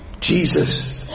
Jesus